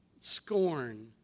scorn